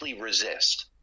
resist